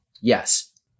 Yes